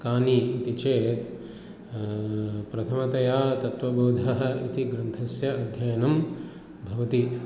कानि इति चेत् प्रथमतया तत्त्वबोधः इति ग्रन्थस्य अध्ययनं भवति